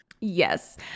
Yes